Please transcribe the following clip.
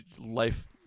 life